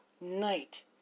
night